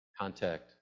contact